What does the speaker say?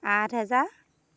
আঠ হেজাৰ